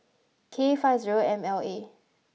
K five zero M L A